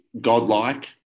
godlike